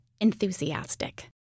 Enthusiastic